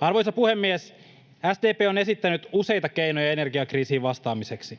Arvoisa puhemies! SDP on esittänyt useita keinoja energiakriisiin vastaamiseksi.